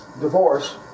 divorce